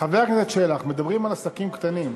חבר הכנסת שלח, מדברים על עסקים קטנים.